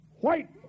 white